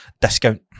discount